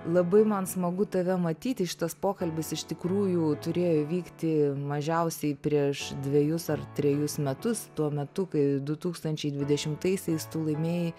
labai man smagu tave matyti šitas pokalbis iš tikrųjų turėjo įvykti mažiausiai prieš dvejus ar trejus metus tuo metu kai du tūkstančiai dvidešimtaisiais tu laimėjai